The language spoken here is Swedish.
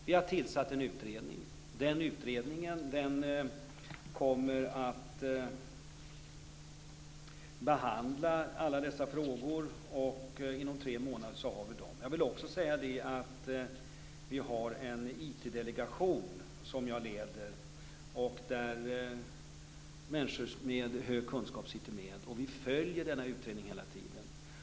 Vi har alltså tillsatt en utredning, och den utredningen kommer att behandla alla dessa frågor. Inom tre månader har vi svar. Vidare har vi en IT-delegation, som jag leder och där människor med stora kunskaper sitter med. Vi följer utredningen hela tiden.